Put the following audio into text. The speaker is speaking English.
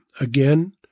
Again